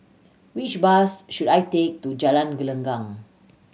which bus should I take to Jalan Gelenggang